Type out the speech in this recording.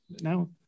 now